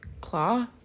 Claw